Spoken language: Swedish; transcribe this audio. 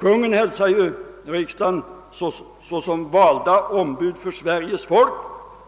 Kungen hälsar ju också riksdagsmännen som valda ombud för Sveriges folk